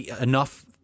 enough